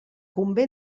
convé